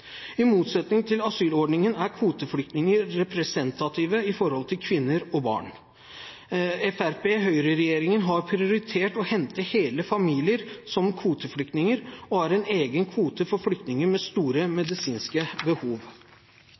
I motsetning til asylordningen er kvoteflyktninger representative når det gjelder kvinner og barn. Høyre–Fremskrittsparti-regjeringen har prioritert å hente hele familier som kvoteflyktninger og har en egen kvote for flyktninger med store medisinske behov.